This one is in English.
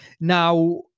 Now